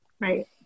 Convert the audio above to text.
Right